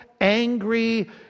angry